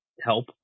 help